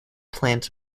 plant